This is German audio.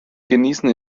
genießen